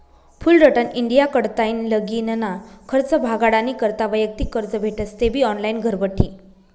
Fullerton India कडताईन लगीनना खर्च भागाडानी करता वैयक्तिक कर्ज भेटस तेबी ऑनलाईन घरबठी